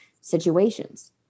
situations